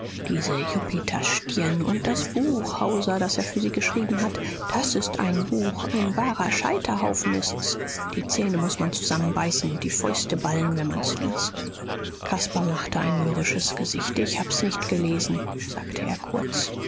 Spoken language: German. diese jupiterstirn und das buch hauser das er für sie geschrieben hat das ist ein buch ein wahrer scheiterhaufen ist's die zähne muß man zusammenbeißen und die fäuste ballen wenn man's liest caspar machte ein mürrisches gesicht ich hab's nicht gelesen sagte er kurz